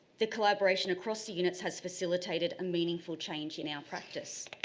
the collaboration across the units has facilitated a meaningful change in our practice.